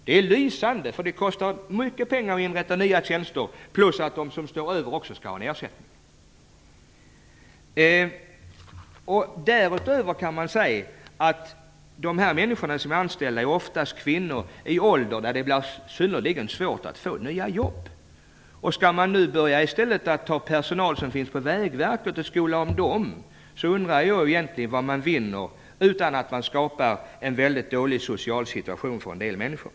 Det är lysande! Det kostar mycket pengar att inrätta nya tjänster, och de som står över skall också ha en ersättning. Därutöver kan man säga att de människor som är anställda ofta är kvinnor i en ålder som gör det synnerligen svårt att få nya jobb. Skall man nu i stället ta anställda som finns på Vägverket och skola om dem undrar jag vad man egentligen vinner, bortsett från att man skapar en socialt mycket dålig situation för en del människor.